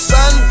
Sun